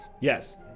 Yes